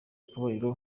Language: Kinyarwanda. akabariro